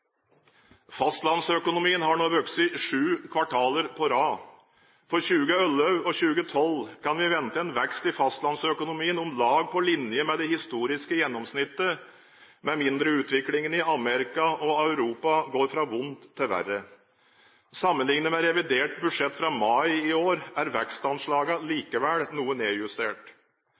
Fastlandsøkonomien har nå vokst sju kvartaler på rad. For 2011 og 2012 kan vi vente en vekst i fastlandsøkonomien om lag på linje med det historiske gjennomsnittet, med mindre utviklingen i Amerika og Europa går fra vondt til verre. Sammenliknet med revidert budsjett fra mai i år er vekstanslagene likevel noe nedjustert.